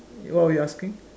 what were you asking